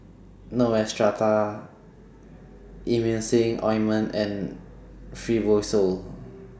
Neostrata Emulsying Ointment and Fibrosol